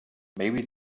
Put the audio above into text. maybe